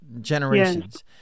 generations